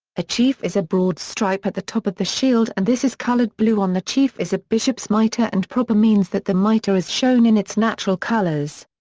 a chief is a broad stripe at the top of the shield and this is coloured blue on the chief is a bishop's mitre and proper means that the mitre is shown in its natural colours.